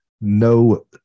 no